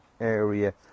Area